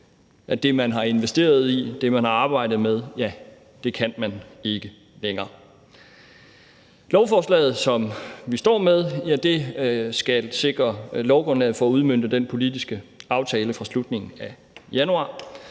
at det, man har investeret i, og det, man har arbejdet med, ja, det kan man ikke længere. Lovforslaget, som vi står med, skal sikre lovgrundlaget for at udmønte den politiske aftale fra slutningen af januar.